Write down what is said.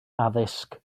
addysg